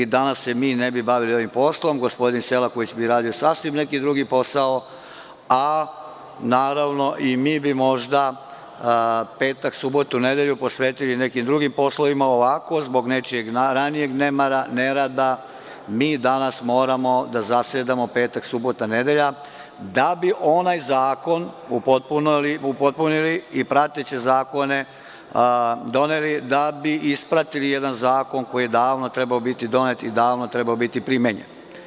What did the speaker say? Danas se mi ne bi bavili ovim poslom i gospodin Selaković bi radio sasvim neki drugi posao, a naravno i mi bi možda petak, subotu i nedelju posvetili nekim drugim poslovima, a ovako zbog nečijeg nemara, ne rada, danas moramo da zasedamo u petak, subotu i nedelju, kako bi onaj zakon upotpunili i prateće zakone doneli, kao i da bi ispratili jedan zakon koji je davno trebao biti donet i primenjen.